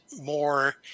more